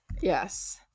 Yes